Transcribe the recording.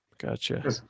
Gotcha